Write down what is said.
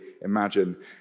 imagine